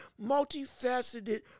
multifaceted